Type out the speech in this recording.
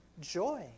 joy